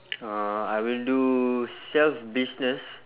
uh I will do self business